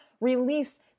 release